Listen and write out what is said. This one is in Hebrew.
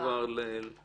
אם כבר למשטרה.